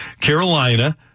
Carolina